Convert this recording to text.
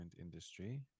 industry